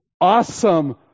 awesome